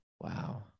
wow